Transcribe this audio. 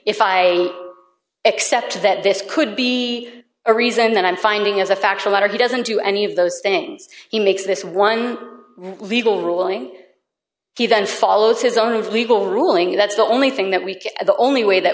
if i accept that this could be a reason that i'm finding as a factual matter he doesn't do any of those things he makes this one legal ruling he then follows his own of legal ruling that's the only thing that we can the only way that